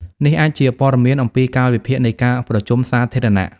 នេះអាចជាព័ត៌មានអំពីកាលវិភាគនៃការប្រជុំសាធារណៈ។